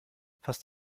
fast